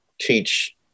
teach